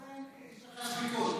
ולכם יש עדיין ספקות.